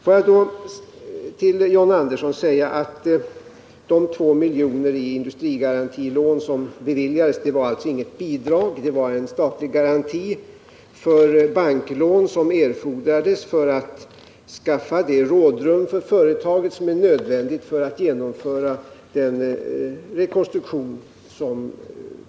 Får jag till John Andersson säga att de 2 miljoner i industrigarantilån som beviljades alltså inte var något bidrag utan en statlig garanti för banklån, som erfordrades för att skaffa det rådrum för företaget som är nödvändigt för att genomföra rekonstruktionen.